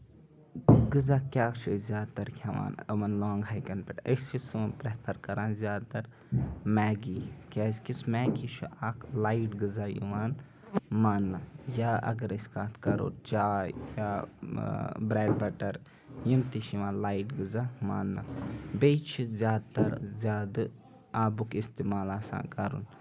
غزہ کیاہ چھِ أسۍ زیادٕ تر کھیٚوان یِمَن لانگ ہایکَن پٮ۪ٹھ أسۍ چھِ پریٚفر کران زیادٕ تر میگی کیازِ کہِ یُس میگی چھُ اکھ لایٹ غزہ یِوان مَاننہٕ یا اَگر أسۍ کَتھ کرو چاے یا بریٚڈ بَٹر یِم تہِ چھِ یِوان لایٹ غزہ ماننہٕ بیٚیہِ چھِ زیادٕ تر زیادٕ آبُک اِستعمال آسان کَرُن